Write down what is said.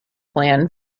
plan